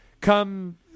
come